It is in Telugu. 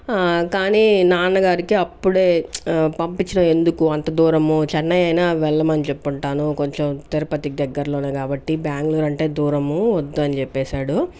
కానీ నాన్నగారికి అప్పుడే పంపించటం ఎందుకు అంత దూరం చెన్నై అయినా వెళ్ళమని చెప్పుంటాను కొంచెం తిరుపతి దగ్గరలోనే కాబట్టి బెంగుళూరు అంటే దూరము వద్దని చెప్పేశాడు